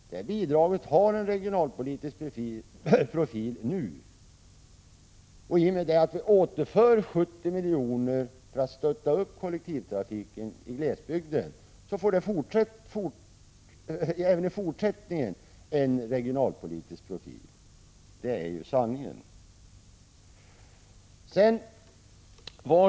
Bidraget har en regionalpolitisk profil nu, och i och med att vi återför 70 milj.kr. för att stötta upp kollektivtrafiken i glesbygden, får det även i fortsättningen en regionalpolitisk profil — det är sanningen.